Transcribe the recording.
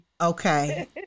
Okay